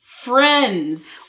Friends